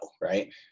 right